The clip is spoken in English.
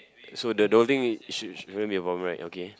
so the dosing should shouldn't be a problem right okay